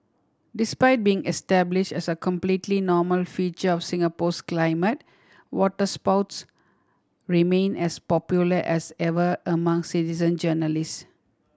despite being establish as a completely normal feature of Singapore's climate waterspouts remain as popular as ever among citizen journalist